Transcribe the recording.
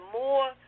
more